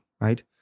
right